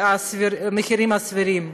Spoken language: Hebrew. במחירים סבירים.